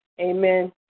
Amen